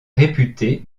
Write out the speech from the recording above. réputé